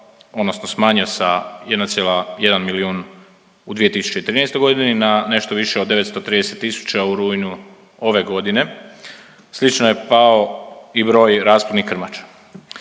odnosno smanjio sa 1,1 milijun u 2013. godini na nešto više od 930 tisuća u rujnu ove godine. Slično je pao i broj rasplodnih krmača.